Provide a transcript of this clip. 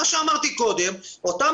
אותם